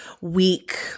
week